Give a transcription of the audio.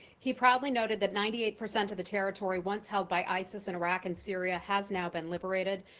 he probably noted that ninety eight percent of the territory once held by isis in iraq and syria has now been liberated,